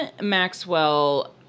Maxwell